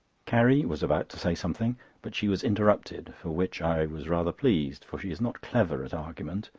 carrie was about to say something but she was interrupted, for which i was rather pleased, for she is not clever at argument,